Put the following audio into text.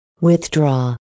withdraw